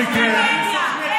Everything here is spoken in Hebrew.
בפניקה, והוא עובר מעיתון לעיתון.